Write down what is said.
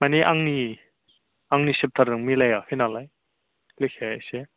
माने आंनि आंनि चेपटारजों मिलायाखै नालाय लेखाया एसे